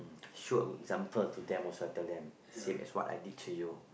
show example to them or shuttle lane same as what I did to you